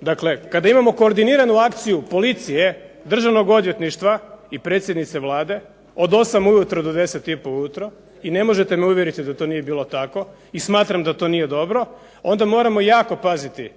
dakle kada imamo koordiniranu akciju policije, Državnog odvjetništva i predsjednice Vlade od 8 ujutro do 10 i pol ujutro, i ne možete me uvjeriti da to nije bilo tako, i smatram da to nije dobro, onda moramo jako paziti